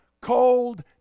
cold